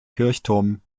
kirchturm